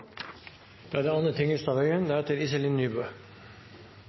da er det med andre